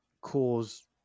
cause